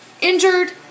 injured